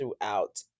throughout